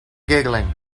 giggling